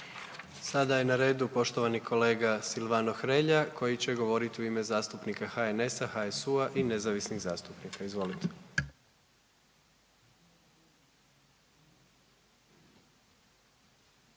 Sada je na redu poštovani kolega Silvano Hrelja, koji će govoriti u ime zastupnika HNS-a, HSU-a i nezavisnih zastupnika. Izvolite.